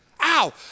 ow